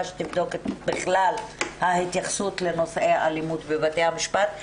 שתבדוק בכלל את ההתייחסות לנושאי אלימות בבתי המשפט.